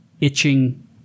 itching